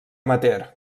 amateur